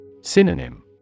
Synonym